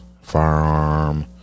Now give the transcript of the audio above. Firearm